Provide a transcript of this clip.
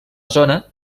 zona